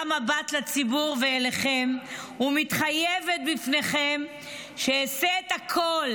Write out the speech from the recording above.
מבט לציבור ואליכם ומתחייבת בפניכם שאעשה את הכול